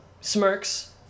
smirks